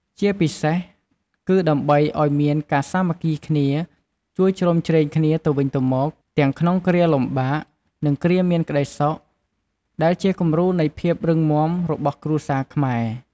ជាពិសេស គឺដើម្បីឲ្យមានការសាមគ្គីគ្នា ជួយជ្រោមជ្រែងគ្នាទៅវិញទៅមក ទាំងក្នុងគ្រាលំបាក និងគ្រាមានក្តីសុខ ដែលជាគំរូនៃភាពរឹងមាំរបស់គ្រួសារខ្មែរ។